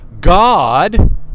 God